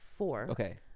Okay